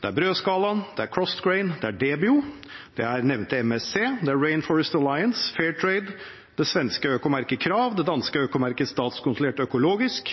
det er Brødskalaen, det er Crossed Grain, det er Debio, det er nevnte MSC, det er Rainforest Alliance, Fairtrade, det svenske økomerket KRAV, det danske økomerket Statskontrolleret økologisk,